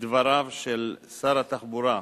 דבריו של שר התחבורה.